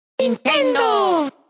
Nintendo